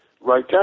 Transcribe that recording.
right